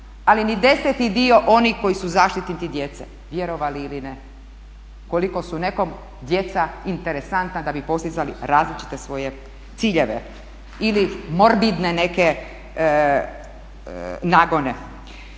ali ni deseti dio onih koji su zaštitnici djece, vjerovali ili ne koliko su nekom djeca interesantna da bi postizali različite svoje ciljeve ili morbidne neke nagone.